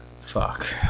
Fuck